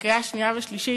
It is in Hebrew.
בקריאה שנייה ושלישית,